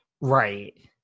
Right